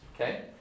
okay